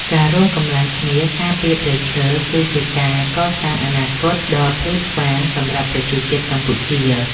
ការរួមកម្លាំងគ្នាការពារព្រៃឈើ គឺជាការកសាងអនាគតដ៏ភ្លឺស្វាងសម្រាប់ប្រជាជាតិកម្ពុជា។